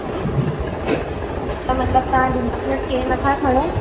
ऐं मतलबु तव्हां डुमस में स्टे नथा खणो